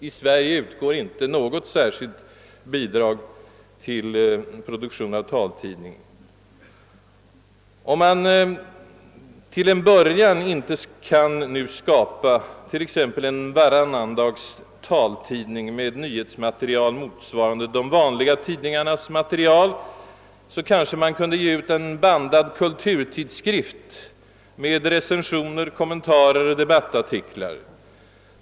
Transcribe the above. I Sverige utgår inte något särskilt bidrag till produktion av en taltidning. Om man att börja med inte kan skapat.ex. en varannandagstaltidning med nyhetsmaterial motsvarande de vanliga tidningarnas, kunde man kanske ge ut en bandad kulturtidskrift med recensioner, kommentarer till nyheter och debattartiklar.